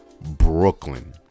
Brooklyn